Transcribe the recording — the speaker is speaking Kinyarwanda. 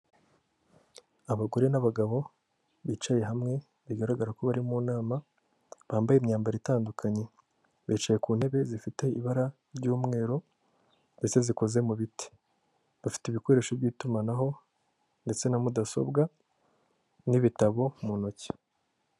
Abagore n'abagabo bicaye hamwe bigaragara ko bari mu nama, bambaye imyambaro itandukanye, bicaye ku ntebe zifite ibara ry'umweru ndetse zikoze mu biti. Bafite ibikoresho by'itumanaho ndetse na mudasobwa n'ibitabo mu ntoki.